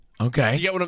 Okay